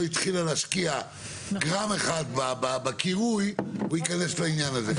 התחילה להשקיע גרם אחד בקירוי וייכנס לעניין הזה.